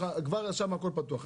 כבר שם הכול פתוח.